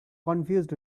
confused